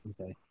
Okay